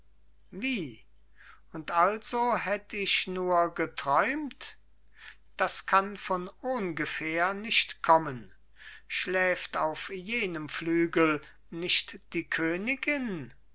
und also hätt ich nur geträumt das kann von ungefähr nicht kommen schläft auf jenem flügel nicht die königin